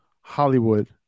Hollywood